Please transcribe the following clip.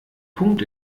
punkt